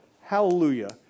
Hallelujah